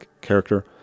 character